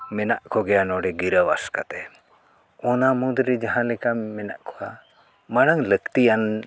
ᱢᱮᱱᱟᱜ ᱠᱚᱜᱮᱭᱟ ᱱᱚᱰᱮ ᱜᱤᱨᱟᱹ ᱵᱟᱥ ᱠᱟᱛᱮᱜ ᱚᱱᱟ ᱢᱩᱫᱽᱨᱮ ᱡᱟᱦᱟᱸ ᱞᱮᱠᱟᱱ ᱢᱮᱱᱟᱜ ᱠᱚᱣᱟ ᱢᱟᱲᱟᱝ ᱞᱟᱹᱠᱛᱤᱭᱟᱱ